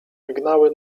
wygnały